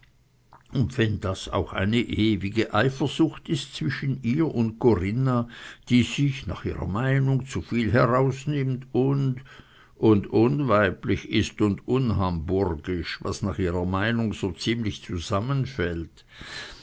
und wenn das auch eine ewige eifersucht ist zwischen ihr und corinna die sich ihrer meinung nach zuviel herausnimmt und und unweiblich ist und unhamburgisch was nach ihrer meinung so ziemlich zusammenfällt